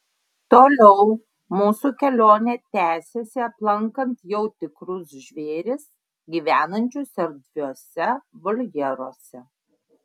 toliau mūsų kelionė tęsėsi aplankant jau tikrus žvėris gyvenančius erdviuose voljeruose